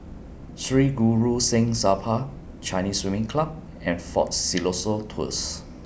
Sri Guru Singh Sabha Chinese Swimming Club and Fort Siloso Tours